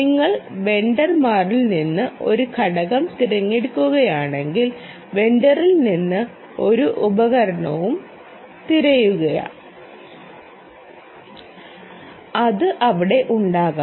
നിങ്ങൾ വെണ്ടറിൽ നിന്ന് ഒരു ഘടകം തിരഞ്ഞെടുക്കുകയാണെങ്കിൽ വെണ്ടറിൽ നിന്ന് ഒരു ഉപകരണവും തിരയുക അത് അവിടെ ഉണ്ടാകും